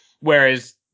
whereas